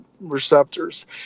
receptors